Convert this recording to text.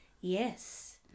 Yes